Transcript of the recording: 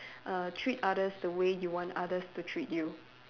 err treat others the way you want others to treat you